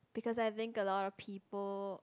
because I think a lot of people